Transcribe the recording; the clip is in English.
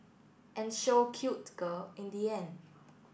and show cute girl in the end